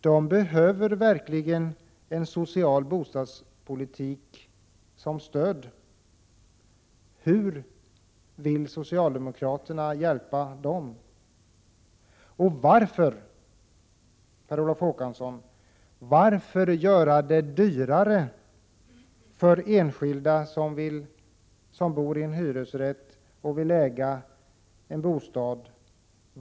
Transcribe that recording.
Där behöver man verkligen en social bostadspolitik som stöd. Varför, Per Olof Håkansson, göra det dyrare för dem som har en hyresrättslägenhet och vill äga en bostad?